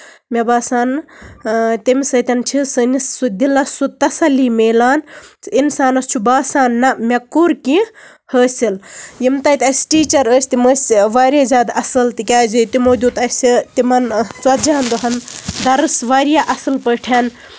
مےٚ باسان آ تَمہِ سۭتۍ چھِ سٲنِس سُہ دِلَس سُہ تَسَلی میلان تہٕ انسانَس چھُ باسان نہَ مےٚ کوٚر کیٚنٛہہ حٲصِل یِم تَتہِ اَسہِ ٹیٖچر ٲسۍ تِم ٲسۍ واریاہ زیادٕ اَصٕل تِکیٛازِ تِمو دیُت اَسہِ تِمن ژَتجی ہن دۄہَن درس واریاہ اَصٕل پٲٹھۍ